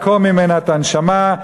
לעקור ממנה את הנשמה,